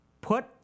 Put